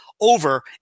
over